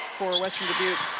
for western dubuque.